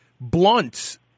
blunts